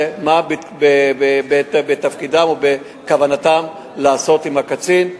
או בתפקידם או בכוונתם לעשות עם הקצין.